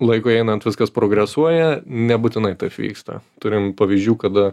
laikui einant viskas progresuoja nebūtinai taip vyksta turim pavyzdžių kada